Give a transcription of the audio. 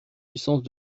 licence